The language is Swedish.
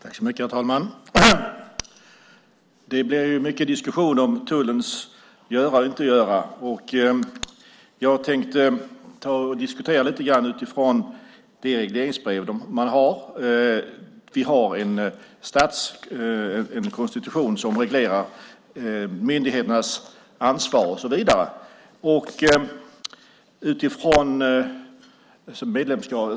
Herr talman! Det blir mycket diskussion om tullens göra och inte göra. Jag tänkte diskutera lite grann utifrån det regleringsbrev som man har. Vi har en konstitution som reglerar myndigheternas ansvar och så vidare.